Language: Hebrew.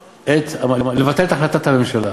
לבטל את החלטת הממשלה